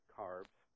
carbs